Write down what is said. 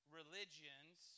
religions